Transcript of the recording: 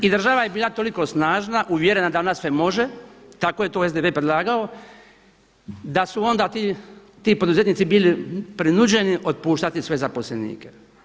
I država je bila toliko snažna, uvjerena da ona sve može, tako je to SDP predlagao, da su onda ti poduzetnici bili prinuđeni otpuštati svoje zaposlenike.